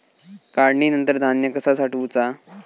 काढणीनंतर धान्य कसा साठवुचा?